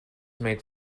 made